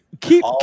keep